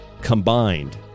combined